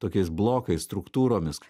tokiais blokais struktūromis